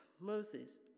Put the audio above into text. Moses